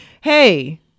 hey